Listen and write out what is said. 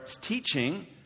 teaching